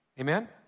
Amen